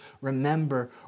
Remember